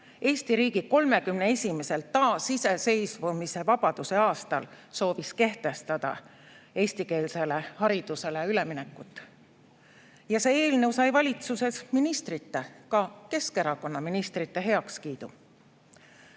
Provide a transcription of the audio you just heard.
Eesti riigi 31. taasiseseisvuse, vabaduse aastal sooviti kehtestada eestikeelsele haridusele üleminek. Ja see eelnõu oli saanud valitsuses ministrite, ka Keskerakonna ministrite heakskiidu. Tänane